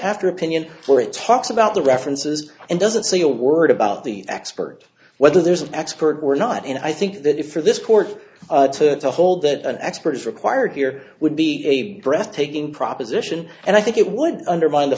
after opinion or it talks about the references and doesn't say a word about the expert whether there's an expert we're not and i think that if for this court to hold that an expert is required here would be a breathtaking proposition and i think it would undermine the